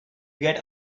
get